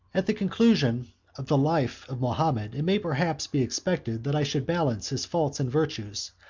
at the conclusion of the life of mahomet, it may perhaps be expected, that i should balance his faults and virtues,